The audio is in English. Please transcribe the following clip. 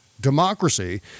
democracy